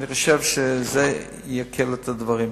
אני חושב שזה יקל על הדברים.